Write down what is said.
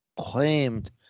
claimed